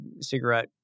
cigarette